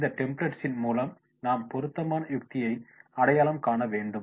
இந்த டெம்ப்ளட்ஸ் மூலம் நாம் பொருத்தமான யுக்தியை அடையாளம் காண வேண்டும்